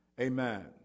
Amen